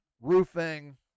roofing